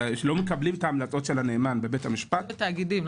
מקבלים את המלצות הנאמן ביחידים